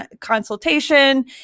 consultation